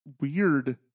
weird